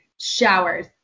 showers